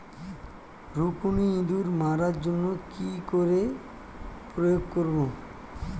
রুকুনি ইঁদুর মারার জন্য কি করে প্রয়োগ করব?